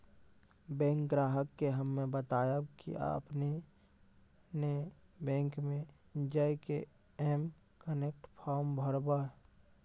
bank ग्राहक के हम्मे बतायब की आपने ने बैंक मे जय के एम कनेक्ट फॉर्म भरबऽ